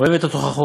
אוהב את התוכחות,